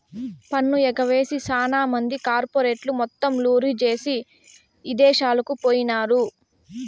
పన్ను ఎగవేసి సాన మంది కార్పెరేట్లు మొత్తం లూరీ జేసీ ఇదేశాలకు పోయినారు